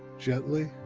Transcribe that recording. gently,